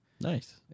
Nice